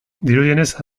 dirudienez